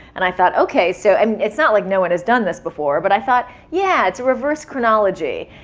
and i thought, ok. so i mean it's not like no one has done this before. but i thought, yeah, it's a reverse chronology.